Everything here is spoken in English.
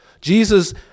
Jesus